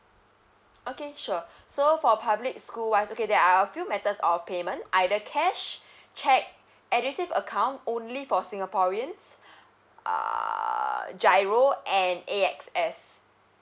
okay sure so for public school wise okay there are a few methods of payment either cash cheque edusave account only for singaporeans uh giro an A_X_S